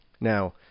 Now